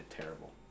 terrible